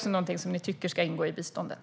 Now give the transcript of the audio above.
Är det här sådant som ni tycker ska ingå i biståndet?